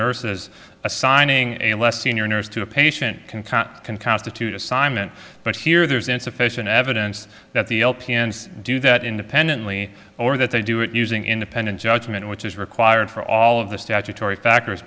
nurses assigning a less senior nurse to a patient can contact can constitute assignment but here there's insufficient evidence that the do that independently or that they do it using independent judgment which is required for all of the statutory factors